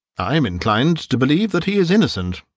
i am inclined to believe that he is innocent,